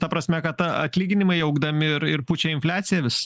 ta prasme kad atlyginimai augdami ir ir pučia infliaciją vis